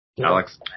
Alex